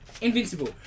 Invincible